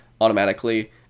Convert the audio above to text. automatically